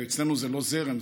אצלנו זה לא זרם,